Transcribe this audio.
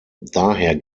daher